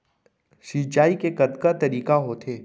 सिंचाई के कतका तरीक़ा होथे?